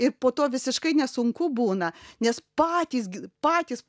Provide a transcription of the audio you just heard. ir po to visiškai nesunku būna nes patys gi patys